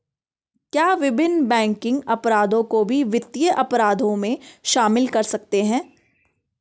क्या विभिन्न बैंकिंग अपराधों को भी वित्तीय अपराधों में शामिल कर सकते हैं?